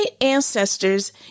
ancestors